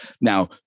Now